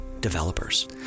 developers